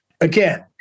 Again